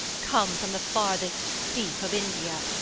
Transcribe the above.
come from the farthest steep of india,